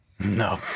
No